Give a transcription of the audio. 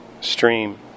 stream